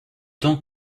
temps